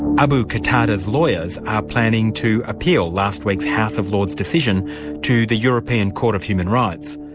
abu qatada's lawyers are planning to appeal last week's house of lords decision to the european court of human rights.